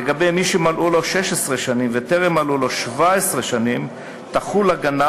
לגבי מי שמלאו לו 16 שנים וטרם מלאו לו 17 שנים תחול הגנה